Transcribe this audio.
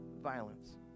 violence